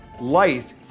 Life